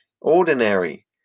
ordinary